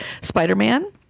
Spider-Man